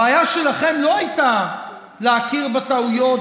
הבעיה שלכם לא הייתה להכיר בטעויות,